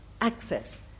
access